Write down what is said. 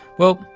well,